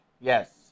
Yes